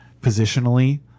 positionally